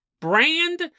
brand